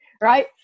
right